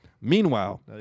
Meanwhile